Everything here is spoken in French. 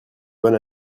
bonne